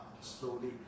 slowly